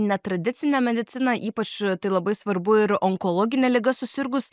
netradicinę mediciną ypač tai labai svarbu ir onkologine liga susirgus